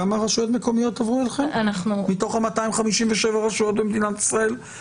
כמה רשויות מקומיות מתוך ה-257 רשויות במדינת ישראל עברו אליכם?